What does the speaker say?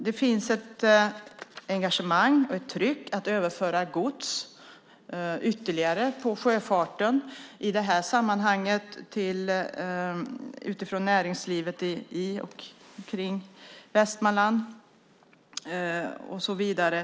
Det finns ett engagemang och ett tryck att man ska överföra ytterligare gods på sjöfarten, i detta sammanhang utifrån näringslivet i och kring Västmanland och så vidare.